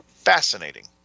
fascinating